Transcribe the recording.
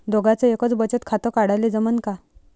दोघाच एकच बचत खातं काढाले जमनं का?